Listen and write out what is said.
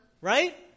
right